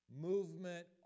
Movement